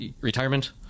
retirement